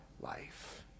life